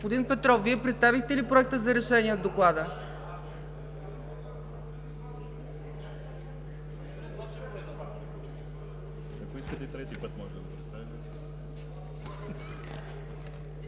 Господин Петров, представихте ли Проекта за решение от доклада?